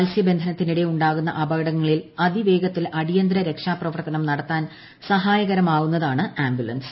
മത്സ്യബന്ധത്തിനിടെ ഉണ്ടാവുന്ന അപകടങ്ങളിൽ അതിവേഗത്തിൽ അടിയന്തിര രക്ഷാപ്രവർത്തനം നടത്താൻ സഹായകരമാവുന്നതാണ് ആംബുലൻസ്